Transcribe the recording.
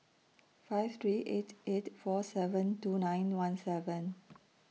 five three eight eight four seven two nine one seven